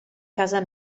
casa